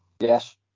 Yes